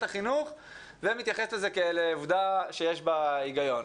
החינוך ומתייחסת לזה כאל עובדה שיש בה היגיון.